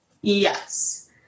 yes